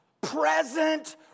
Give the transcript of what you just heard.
present